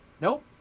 Nope